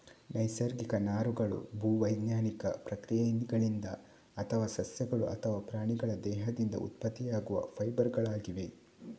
ನೈಸರ್ಗಿಕ ನಾರುಗಳು ಭೂ ವೈಜ್ಞಾನಿಕ ಪ್ರಕ್ರಿಯೆಗಳಿಂದ ಅಥವಾ ಸಸ್ಯಗಳು ಅಥವಾ ಪ್ರಾಣಿಗಳ ದೇಹದಿಂದ ಉತ್ಪತ್ತಿಯಾಗುವ ಫೈಬರ್ ಗಳಾಗಿವೆ